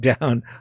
down